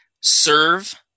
Serve